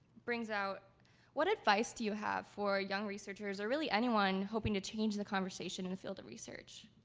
brings out what advice do you have for young researchers or really anyone hoping to change the conversation in the field of research?